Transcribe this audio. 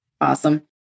awesome